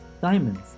diamonds